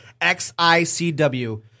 XICW